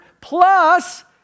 plus